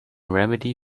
remedy